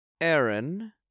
Aaron